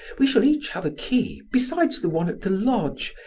we shall each have a key, besides the one at the lodge,